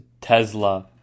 Tesla